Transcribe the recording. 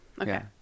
Okay